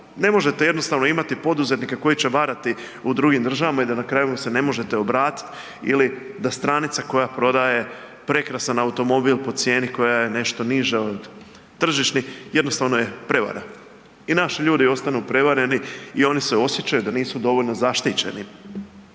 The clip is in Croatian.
Ne možete jednostavno imati poduzetnike koji će varati u drugim državama i da na kraju mu se ne možete obratit ili da stranica koja prodaje prekrasan automobil po cijeni koja je nešto niža od tržišnih, jednostavno je prevara. I naši ljudi ostanu prevareni i oni se osjećaju da nisu dovoljno zaštićeni.